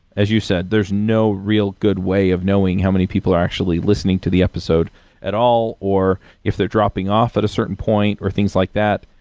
as you said, there's no real good way of knowing how many people are actually listening to the episode at all, or if they're dropping off at a certain point, or things like that.